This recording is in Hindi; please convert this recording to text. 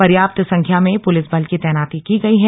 पर्याप्त संख्या में पुलिस बल की तैनाती की गई है